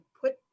put